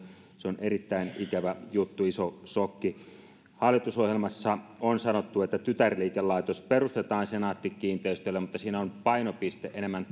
se on erittäin ikävä juttu iso sokki hallitusohjelmassa on sanottu että tytärliikelaitos perustetaan senaatti kiinteistöille mutta siinä on painopiste enemmän